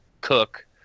Cook